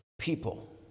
people